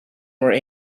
where